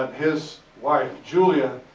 ah his wife julia,